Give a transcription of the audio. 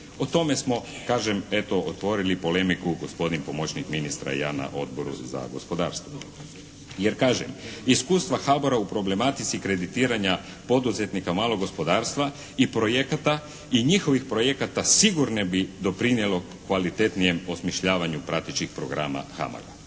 O tome smo kažem eto, otvorili polemiku gospodin pomoćnik ministra i ja na Odboru za gospodarstvo. Jer kažem, iskustva HBOR-a u problematici kreditiranja poduzetnika malog gospodarstva i projekata i njihovih projekata sigurno bi doprinijelo kvalitetnijem osmišljavanju pratećih programa HAMAG-a.